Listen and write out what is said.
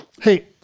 Hey